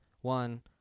one